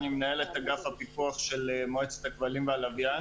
אני מנהל את אגף הפיקוח של מועצת הכבלים והלוויין.